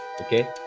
Okay